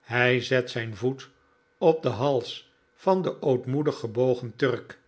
hij zet zijn voet op den hals van den ootmoedig gebogen turk